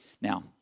Now